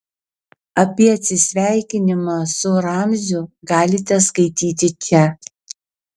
apie atsisveikinimą su ramziu galite skaityti čia